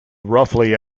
roughly